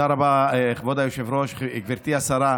תודה רבה, כבוד היושב-ראש, גברתי השרה.